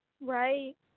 Right